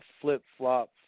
flip-flop